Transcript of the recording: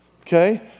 okay